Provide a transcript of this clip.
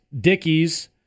Dickie's